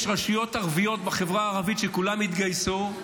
יש רשויות ערביות בחברה הערבית שכולן התגייסו,